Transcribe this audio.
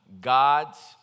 God's